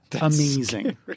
Amazing